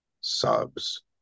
subs